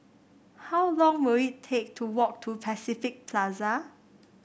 how long will it take to walk to Pacific Plaza